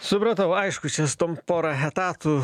supratau aišku čia su tom pora etatų